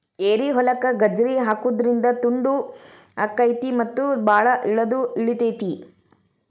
ಏರಿಹೊಲಕ್ಕ ಗಜ್ರಿ ಹಾಕುದ್ರಿಂದ ದುಂಡು ಅಕೈತಿ ಮತ್ತ ಬಾಳ ಇಳದು ಇಳಿತೈತಿ